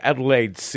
Adelaide